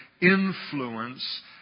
influence